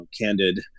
candid